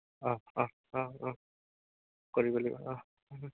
অঁ অঁ অঁ অঁ কৰিব লাগিব অঁ